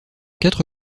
quatre